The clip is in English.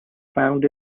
found